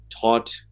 taught